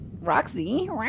Roxy